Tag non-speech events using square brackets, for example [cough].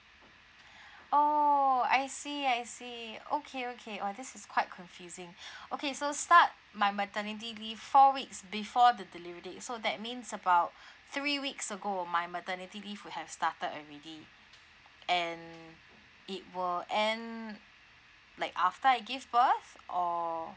oh I see I see okay okay oh this is quite confusing [breath] okay so start my maternity leave four weeks before the delivery date so that means about three weeks ago my maternity leave would have started already and it will end like after I give birth or